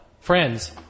Friends